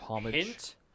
hint